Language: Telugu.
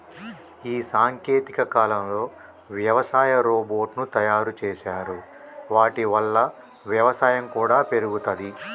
ఈ సాంకేతిక కాలంలో వ్యవసాయ రోబోట్ ను తయారు చేశారు వాటి వల్ల వ్యవసాయం కూడా పెరుగుతది